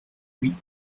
huit